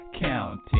counting